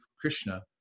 Krishna